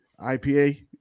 IPA